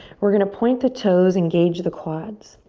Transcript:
we're gonna point the toes, engage the quads.